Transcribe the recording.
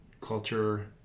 culture